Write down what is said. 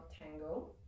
Tango